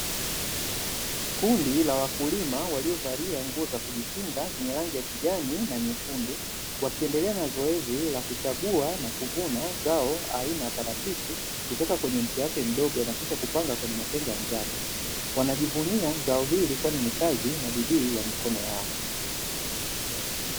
Kundi la wakulima waliovalia nguo za kujikinga zenye rangi ya kijani na nyekundu, wakiendelea na zoezi la kuchagua na kuvuna zao aina ya parachichi kutoka kwenye mti wake mdogo na kisha kupanga kwenye matenga ya njano. Wanajivunia zao hili kwani ni kazi na bidii ya mikono yao.